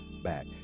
back